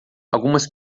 algumas